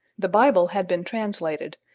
the bible had been translated,